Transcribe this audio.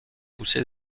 poussée